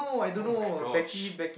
!oh-my-gosh!